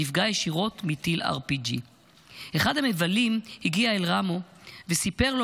נפגע ישירות מטיל RPG --- אחד המבלים הגיע אל רמו וסיפר לו